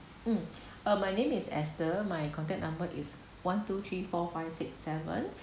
um uh my name is esther my contact number is one two three four five six seven